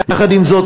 יחד עם זאת,